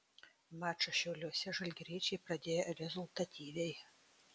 mačą šiauliuose žalgiriečiai pradėjo rezultatyviai